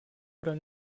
oder